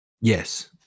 Yes